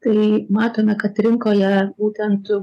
tai matome kad rinkoje būtent